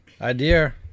idea